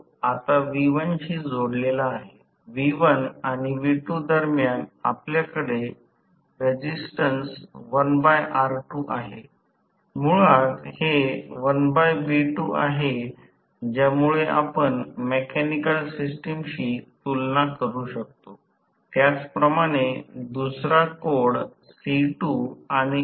motor हे 0 पेक्षा कमी फिरणार्या क्षेत्राच्या विरुद्ध दिशेने धावते नकारात्मक म्हणजे मोटर 0 पेक्षा कमी फिरणार्या क्षेत्राच्या विरुद्ध दिशेने धावते म्हणजे ते क्रियाशील ब्रेकिंग असलेल्या यांत्रिक शक्ती खेचणाऱ्या विरूद्ध दिशेने धावते आहे